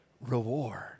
reward